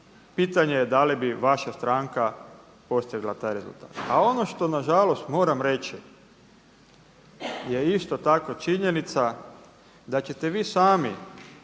pitanje je da li bi vaša stranka postigla taj rezultat. A ono što nažalost moram reći je isto tako činjenica, da ćete vi sami